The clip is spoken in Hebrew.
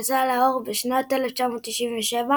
יצא לאור בשנת 1997,